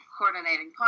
coordinating